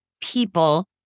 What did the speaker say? people